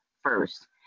first